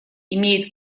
имеет